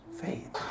faith